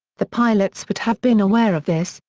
the pilots would have been aware of this,